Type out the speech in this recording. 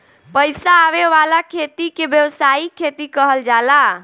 पईसा आवे वाला खेती के व्यावसायिक खेती कहल जाला